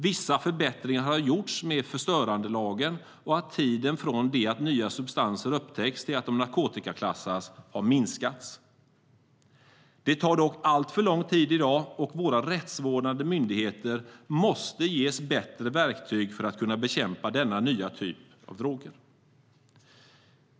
Vissa förbättringar har gjorts med förstörandelagen och genom att tiden från det att nya substanser upptäcks till att de narkotikaklassas har minskats. Det tar dock alltför lång tid i dag, och våra rättsvårdande myndigheter måste ges bättre verktyg för att kunna bekämpa denna typ av nya droger.